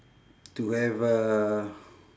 to have a